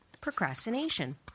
procrastination